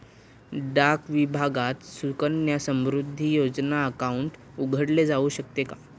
डाक विभागात सुकन्या समृद्धी योजना अकाउंट उघडले जाऊ शकते का?